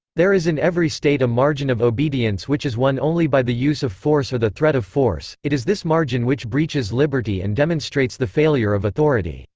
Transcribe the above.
there is in every state a margin of obedience which is won only by the use of force or the threat of force it is this margin which breaches liberty and demonstrates the failure of authority.